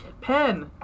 pen